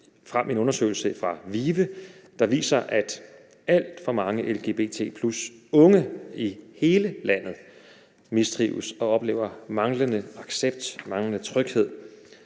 frem i en undersøgelse fra VIVE, at alt for mange lgbt+-unge i hele landet mistrives og oplever manglende accept og manglende tryghed.